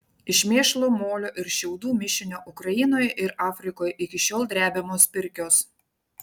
iš mėšlo molio ir šiaudų mišinio ukrainoje ir afrikoje iki šiol drebiamos pirkios